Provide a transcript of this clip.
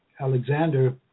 Alexander